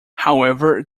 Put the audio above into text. however